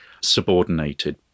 subordinated